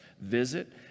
visit